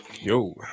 Yo